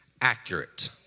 accurate